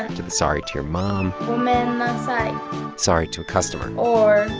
to the sorry to your mom mom sorry sorry to a customer or.